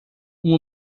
uma